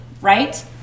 right